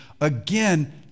again